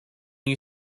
you